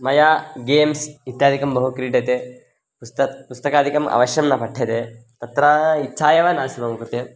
मया गेम्स् इत्यादिकं बहु क्रीड्यते पुस्तकं पुस्तकादिकम् अवश्यं न पठ्यते तत्र इच्छा एव नास्ति मम कृते